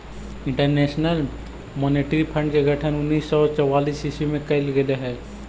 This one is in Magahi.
इंटरनेशनल मॉनेटरी फंड के गठन उन्नीस सौ चौवालीस ईस्वी में कैल गेले हलइ